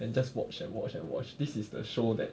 and just watch and watch and watch this is the show that